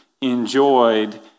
enjoyed